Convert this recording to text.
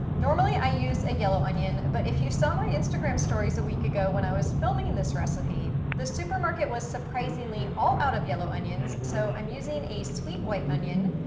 normally, i use a yellow onion, but, if you saw my instagram stories a week ago, when i was filming this recipe, the supermarket was surprisingly all out of yellow onions, so i'm using a sweet white onion.